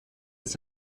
ist